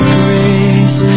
grace